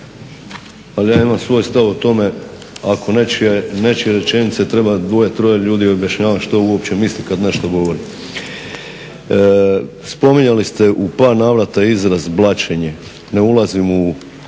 ali ja imam svoj stav o tome ako nečije rečenice treba dvoje, troje ljudi objašnjavati što uopće misli kad nešto govori. Spominjali ste u par navrata izraz blaćenje. Ne ulazim u